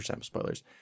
spoilers